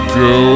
go